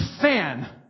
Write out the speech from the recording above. fan